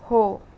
हो